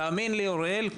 תאמין לי אוריאל,